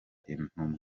intumwa